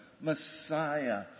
Messiah